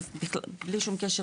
בלי שום קשר